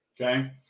Okay